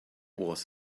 was